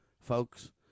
folks